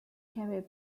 carrier